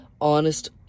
honest